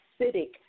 acidic